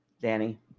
danny